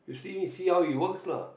see see how it works lah